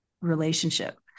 relationship